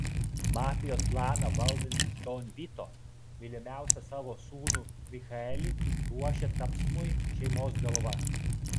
mafijos klaną valdantis don vito mylimiausią savo sūnų michaelį ruošia tapsmui šeimos galva